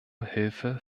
hilfe